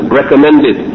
recommended